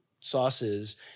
sauces